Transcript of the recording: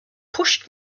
pushed